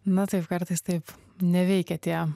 na taip kartais taip neveikia tie